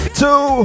two